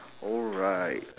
alright